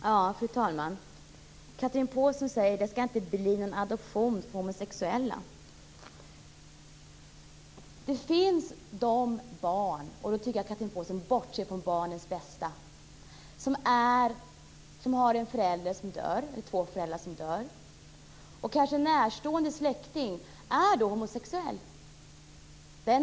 Fru talman! Chatrine Pålsson säger att det inte skall bli någon adoption för homosexuella. Men det finns fall där barns - i det avseendet tycker jag att Chatrine Pålsson bortser från barnens bästa - ena eller båda föräldrar dör. Kanske är närstående släkting homosexuell.